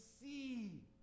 see